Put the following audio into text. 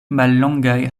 mallongaj